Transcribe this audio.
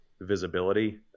visibility